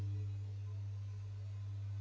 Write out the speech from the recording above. um